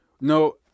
No